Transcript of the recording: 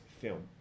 film